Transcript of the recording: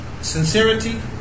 sincerity